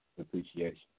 appreciation